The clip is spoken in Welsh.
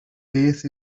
beth